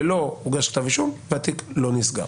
ולא הוגש כתב אישום, והתיק לא נסגר.